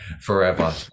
forever